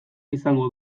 izango